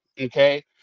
okay